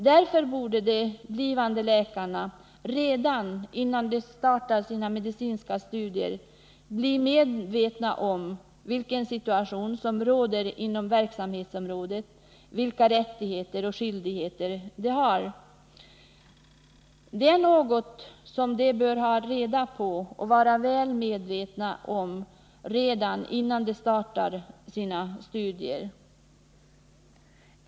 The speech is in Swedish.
Därför borde de blivande läkarna redan innan de startar sina medicinska studier bli medvetna om vilken situation som råder inom verksamhetsområdet, vilka rättigheter och skyldigheter de har. Det är något som de bör ha reda på och vara väl medvetna om innan de startar sina studier.